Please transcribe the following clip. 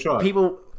people